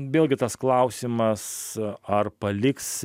vėlgi tas klausimas ar paliks